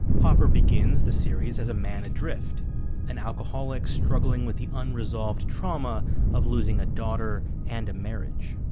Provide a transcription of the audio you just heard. hopper begins the series as a man adrift an alcoholic struggling with the unresolved trauma of losing a daughter and a marriage.